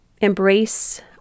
embrace